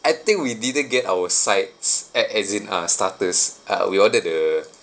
I think we didn't get our sides uh as in our starters uh we order the